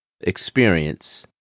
experience